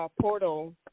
portal